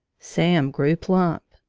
sam grew plump.